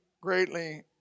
greatly